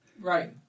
Right